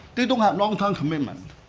they don't have long-term commitment.